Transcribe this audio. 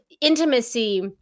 intimacy